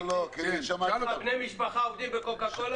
כמה בני משפחה עובדים בקוקה קולה?